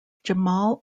jamal